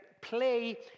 play